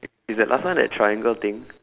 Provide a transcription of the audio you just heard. i~ is that last one the triangle thing